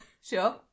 Sure